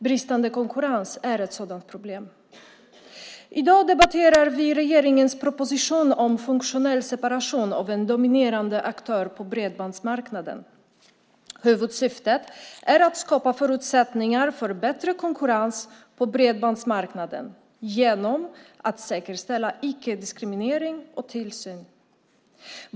Bristande konkurrens är ett sådant problem. I dag debatterar vi regeringens proposition om funktionell separation av en dominerande aktör på bredbandsmarknaden. Huvudsyftet är att skapa förutsättningar för bättre konkurrens på bredbandsmarknaden genom att säkerställa icke-diskriminering och insyn.